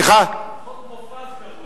זה קרוי "חוק מופז".